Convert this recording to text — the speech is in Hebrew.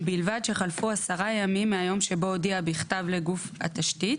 ובלבד שחלפו עשרה ימים מהיום שבו הודיע בכתב לגוף התשתית